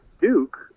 Duke